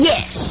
Yes